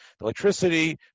electricity